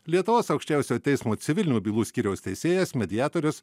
lietuvos aukščiausiojo teismo civilinių bylų skyriaus teisėjas mediatorius